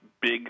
big